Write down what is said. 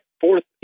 fourth